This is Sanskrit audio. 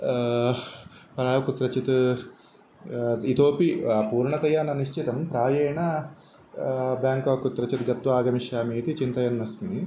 प्र कुत्रचित् इतोऽपि पूर्णतया न निश्चितं प्रायेण बेङ्काक् कुत्रचित् गत्वा आगमिष्यामि इति चिन्तयन्नस्मि